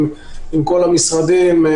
עם כל המשרדים,